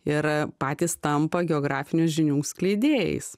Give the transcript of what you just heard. ir a patys tampa geografinių žinių skleidėjais